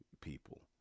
people